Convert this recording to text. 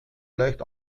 leicht